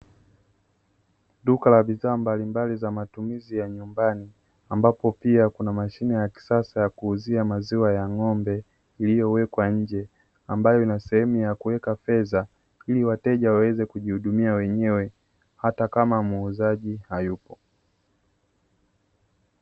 Duka la bidhaa mbalimbali za matumizi ya nyumbani, ambapo pia kuna mashine ya kisasa ya kuuzia maziwa ya ng'ombe iliyowekwa nje ambayo ina sehemu ya kuweka fedha, ili wateja waweze kujihudumia wenyewe hata kama muuzaji hayupo.